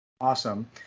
Awesome